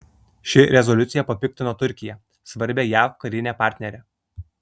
ši rezoliucija papiktino turkiją svarbią jav karinę partnerę